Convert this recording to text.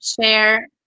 share